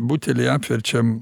butelį apverčiam